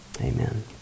amen